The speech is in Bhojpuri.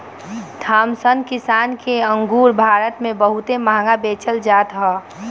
थामसन किसिम के अंगूर भारत में बहुते महंग बेचल जात हअ